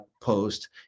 post